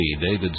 David